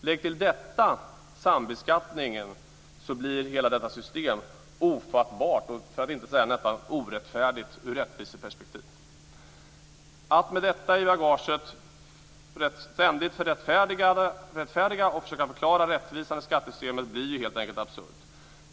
Lägg till detta sambeskattningen, så blir hela detta system ofattbart och ur rättviseperspektiv orättfärdigt. Att med detta i bagaget ständigt rättfärdiga och försöka förklara rättvisa i skattesystemet blir helt enkelt absurt.